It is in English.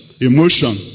emotion